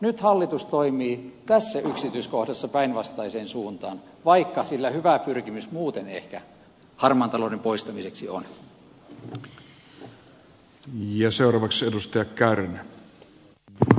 nyt hallitus toimii tässä yksityiskohdassa päinvastaiseen suuntaan vaikka sillä hyvä pyrkimys muuten ehkä harmaan talouden poistamiseksi on